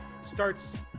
starts